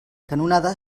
canonada